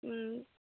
ꯎꯝ